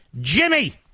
Jimmy